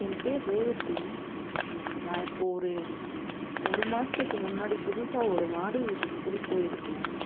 என் பேர் ரேவதி நான் இப்போ ஒரு ஒரு மாதத்துக்கு முன்னாடி புதுசாக ஒரு மாடி வீட்டுக்கு குடி போயிருக்கேன்